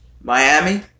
Miami